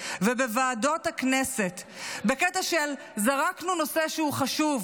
ובוועדות הכנסת בקטע של: זרקנו נושא שהוא חשוב,